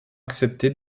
accepté